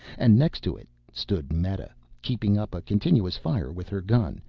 and next to it stood meta keeping up a continuous fire with her gun,